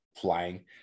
flying